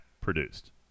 produced